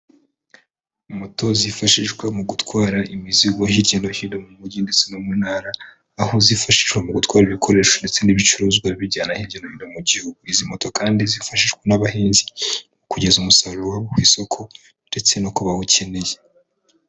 Moto zifashishwa mu gutwara imizigo hirya no hino mu mujyi ndetse no mu ntara, aho zifashishwa mu gutwara ibikoresho ndetse n'ibicuruzwa bijyana hirya no hino mu gihugu, izi moto kandi zifashishwa n'abahinzi mu kugeza umusaruro ku isoko ndetse no kubawukeneye.